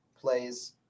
plays